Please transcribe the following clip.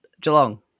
Geelong